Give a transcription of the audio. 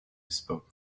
spoke